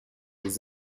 des